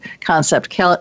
concept